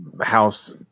house